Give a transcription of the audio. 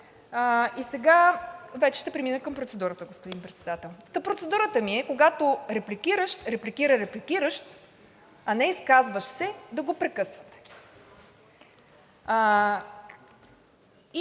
Сега вече ще премина към процедурата, господин Председател. Процедурата ми е, когато репликиращ репликира репликиращ, а не изказващ се, да го прекъсвате.